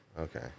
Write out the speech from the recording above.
Okay